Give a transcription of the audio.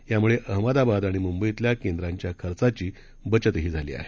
यामुळे अहमदाबाद आणि मुंबईतल्या केंद्रांच्या खर्चाची बचतही झाली आहे